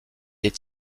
est